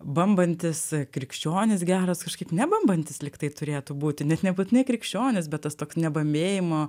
bambantis krikščionis geras kažkaip nebambantis lyg tai turėtų būti net nebūtinai krikščionis bet tas toks nebabmėjimo